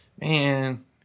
man